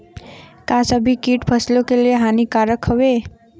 का सभी कीट फसलों के लिए हानिकारक हवें?